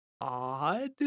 odd